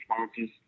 responses